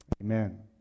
Amen